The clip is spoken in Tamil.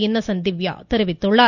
இன்னசென்ட் திவ்யா தெரிவித்துள்ளார்